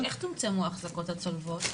איך צומצמו האחזקות הצולבות?